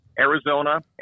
Arizona